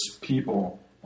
people